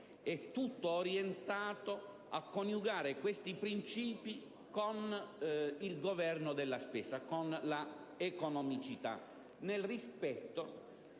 è tutto orientato a coniugare questi principi con il governo della spesa, con la economicità. Il tutto